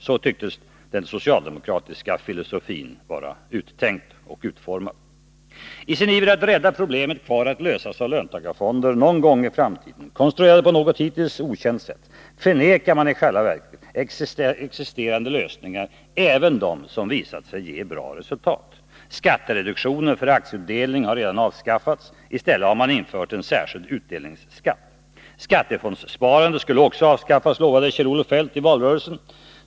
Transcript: Så tycktes den socialdemokratiska filosofin vara utformad. I sin iver att rädda problemet kvar att lösas av löntagarfonder någon gång i framtiden, konstruerade på något hittills okänt sätt, förnekar man existerande lösningar, även dem som visat sig ge bra resultat. Skattereduktionen för aktieutdelning har redan avskaffats. I stället har man infört en särskild utdelningsskatt. Skattefondssparandet skulle också avskaffas, lovade Kjell-Olof Feldt i valrörelsen.